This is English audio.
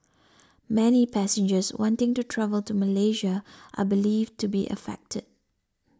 many passengers wanting to travel to Malaysia are believed to be affected